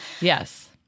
Yes